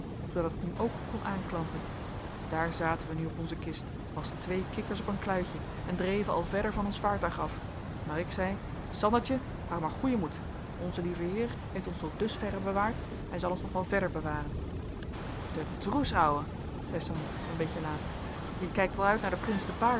zoodat ik nu ook kon aanklampen daar zaten wij nu op onze kist als twee kikkers op een kluitje en dreven al verder van ons vaartuig af maar ik zei sandertje hou maar goeien moed onze lieve heer heeft ons tot dusverre bewaard hij zal ons nog wel verder bewaren de droes ouwe zei sander een beetje later je kijkt al uit naar den prins te paard